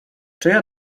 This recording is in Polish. czyja